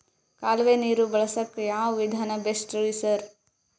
ಕಾಲುವೆ ನೀರು ಬಳಸಕ್ಕ್ ಯಾವ್ ವಿಧಾನ ಬೆಸ್ಟ್ ರಿ ಸರ್?